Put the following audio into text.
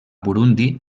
burundi